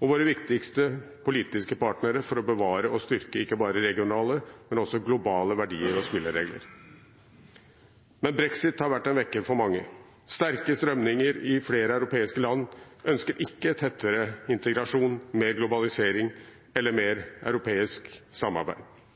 og våre viktigste politiske partnere for å bevare og styrke ikke bare regionale, men også globale verdier og spilleregler. Men brexit har vært en vekker for mange. Sterke strømninger i flere europeiske land ønsker ikke tettere integrasjon, mer globalisering eller mer europeisk samarbeid.